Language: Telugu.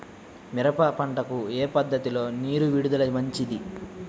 మిరప పంటకు ఏ పద్ధతిలో నీరు విడుదల మంచిది?